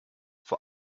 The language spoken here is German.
vor